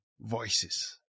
voices